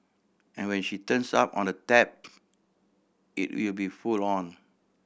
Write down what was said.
and when she turns on the tap it will be full on